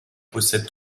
possède